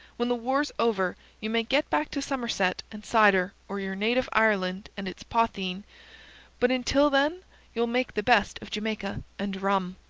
when the war's over, you may get back to somerset and cider or your native ireland and its potheen but until then you'll make the best of jamaica and rum.